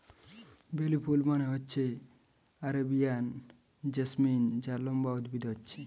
বেলি ফুল মানে হচ্ছে আরেবিয়ান জেসমিন যা লম্বা উদ্ভিদে হচ্ছে